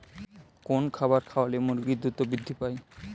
কোন খাবার খাওয়ালে মুরগি দ্রুত বৃদ্ধি পায়?